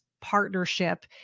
partnership